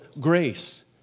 grace